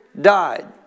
died